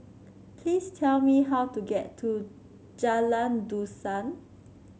please tell me how to get to Jalan Dusan